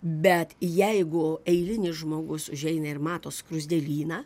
bet jeigu eilinis žmogus užeina ir mato skruzdėlyną